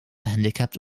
handicapped